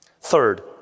Third